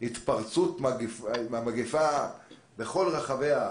בהתפרצות המגיפה בכל רחבי הארץ,